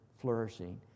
flourishing